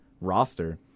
roster